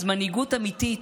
אז מנהיגות אמיתית,